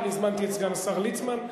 אני הזמנתי את סגן השר ליצמן,